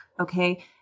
Okay